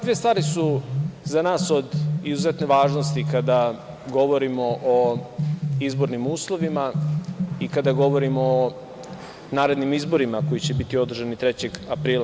Dve stvari su za nas od izuzetne važnosti kada govorimo o izbornim uslovim i kada govorimo o narednim izborima koji će biti održani 3. aprila.